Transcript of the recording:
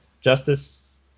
justice